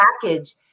package